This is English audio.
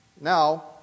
Now